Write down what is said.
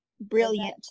Brilliant